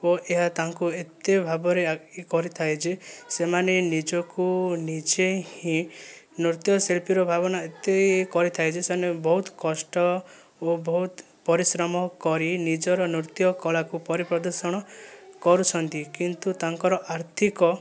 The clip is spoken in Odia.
ଓ ଏହା ତାଙ୍କୁ ଏତେ ଭାବରେ ଇଏ କରିଥାଏ ଯେ ସେମାନେ ନିଜକୁ ନିଜେ ହିଁ ନୃତ୍ୟ ଶିଳ୍ପୀର ଭାବନା ଏତେ ଇଏ କରିଥାଏ ଯେ ସେମାନେ ବହୁତ କଷ୍ଟ ଓ ବହୁତ ପରିଶ୍ରମ କରି ନିଜର ନୃତ୍ୟ କଳାକୁ ପରି ପ୍ରଦର୍ଶନ କରୁଛନ୍ତି କିନ୍ତୁ ତାଙ୍କର ଆର୍ଥିକ